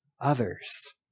others